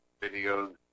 videos